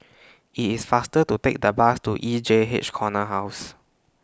IT IS faster to Take The Bus to E J H Corner House